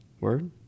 word